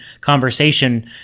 conversation